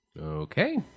Okay